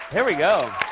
here we go.